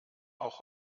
auch